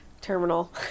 terminal